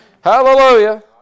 Hallelujah